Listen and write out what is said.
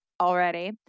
already